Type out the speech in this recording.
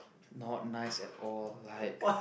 not nice at all like